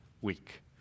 week